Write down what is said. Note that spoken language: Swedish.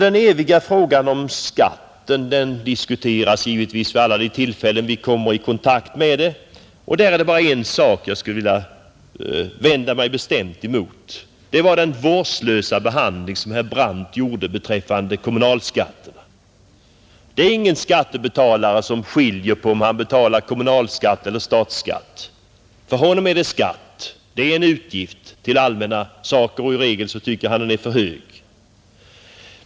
Den eviga frågan om skatten diskuteras givetvis vid alla tillfällen då vi kommer i kontakt med den. Det är bara en sak därvidlag som jag skulle vilja vända mig bestämt emot, nämligen herr Brandts vårdslösa behandling av kommunalskatterna. Det är ingen skattebetalare som skiljer på om man betalar kommunalskatt eller statsskatt. För honom är det skatt — en utgift till det allmänna — och i regel tycker han att den är för hög.